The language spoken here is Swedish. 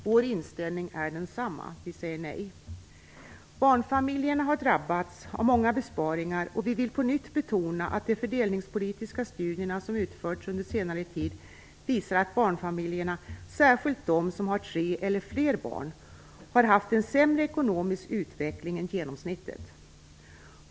Vår inställning är densamma. Vi säger nej. Barnfamiljerna har drabbats av många besparingar, och vi vill på nytt betona att de fördelningspolitiska studier som utförts under senare tid visar att barnfamiljerna - särskilt de som har tre eller fler barn - har haft en sämre ekonomisk utveckling än genomsnittet.